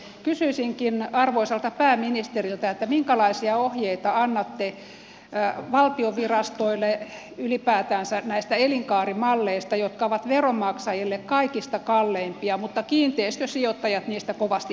kysyisinkin arvoisalta pääministeriltä minkälaisia ohjeita annatte valtion virastoille ylipäätänsä näistä elinkaarimalleista jotka ovat veronmaksajille kaikista kalleimpia mutta joista kiinteistösijoittajat kovasti pitävät